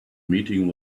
meeting